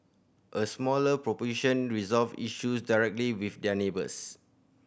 a smaller proportion resolved issue directly with their neighbours